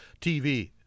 TV